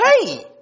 Hey